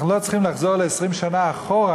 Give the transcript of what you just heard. אנחנו לא צריכים לחזור 20 שנה אחורה,